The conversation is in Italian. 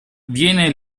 viene